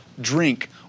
drink